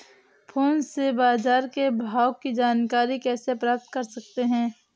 Phone से बाजार के भाव की जानकारी कैसे प्राप्त कर सकते हैं?